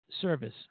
service